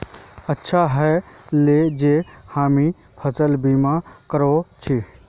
अच्छा ह ले जे हामी फसल बीमा करवाल छि